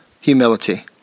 Humility